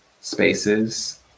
spaces